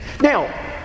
Now